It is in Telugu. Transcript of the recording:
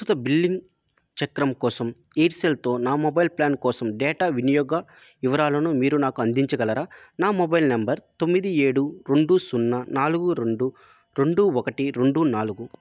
ప్రస్తుత బిల్లింగ్ చక్రం కోసం ఎయిర్సెల్తో నా మొబైల్ ప్లాన్ కోసం డేటా వినియోగ వివరాలను మీరు నాకు అందించగలరా నా మొబైల్ నెంబర్ తొమ్మిది ఏడు రెండు సున్నా నాలుగు రెండు రెండు ఒకటి రెండు నాలుగు